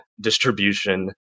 distribution